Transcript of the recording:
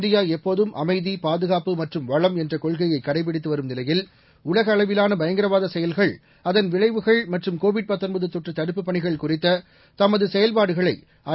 India எப்போதும் அமைதி பாதுகாப்பு மற்றும் வளம் என்ற கொள்கையை கடைப்பிடித்து வரும் நிலையில் உலக அளவிலான பயங்கரவாத செயல்கள் அதன் விளைவுகள் மற்றும் கோவிட் தொற்று தடுப்புப் பணிகள் குறித்த தனது செயல்பாடுகளை ஐ